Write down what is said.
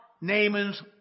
Naaman's